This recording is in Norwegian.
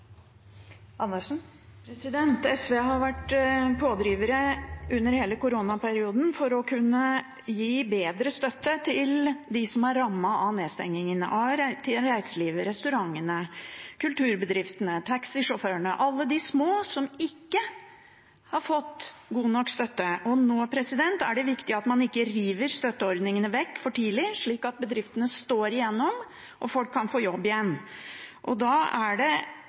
SV har vært en pådriver under hele koronaperioden for å kunne gi bedre støtte til dem som er rammet av nedstengingen, til reiselivet, restaurantene, kulturbedriftene, taxisjåførene, alle de små som ikke har fått god nok støtte. Nå er det viktig at man ikke river støtteordningene vekk for tidlig, slik at bedriftene står gjennom dette og folk kan få jobb igjen. Da er det